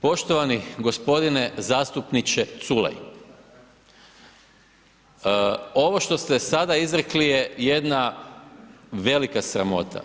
Poštovani gospodine zastupniče Culej, ovo što ste sada izrekli je jedna velika sramota.